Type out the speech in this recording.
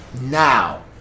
Now